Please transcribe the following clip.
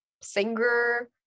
singer